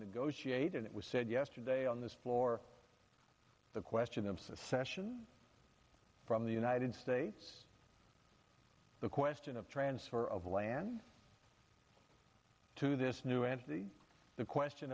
negotiate and it was said yesterday on this floor the question of secession from the united states the question of transfer of land to this new entity the question